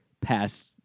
past